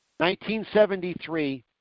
1973